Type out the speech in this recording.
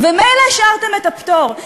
ומילא השארתם את הפטור,